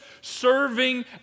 serving